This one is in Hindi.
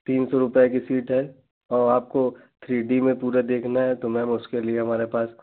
तीन सौ रुपये की सीट है और आपको थ्री डी में पूरे देखना है तो मैम उसके लिए हमारे पास